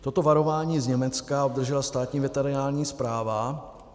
Toto varování z Německa obdržela Státní veterinární správa.